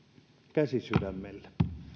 käsi sydämelle